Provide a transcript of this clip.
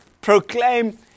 proclaim